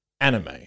anime